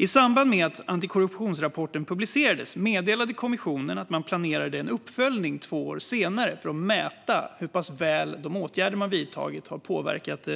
I samband med att antikorruptionsrapporten publicerades meddelade kommissionen att man planerade en uppföljning två år senare för att mäta hur pass väl de åtgärder man vidtagit hade påverkat